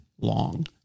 long